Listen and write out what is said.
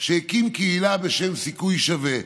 שהקים קהילה בשם "סיכוי שווה".